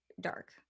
dark